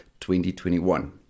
2021